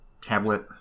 tablet